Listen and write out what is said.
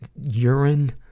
Urine